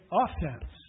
offense